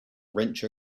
wrench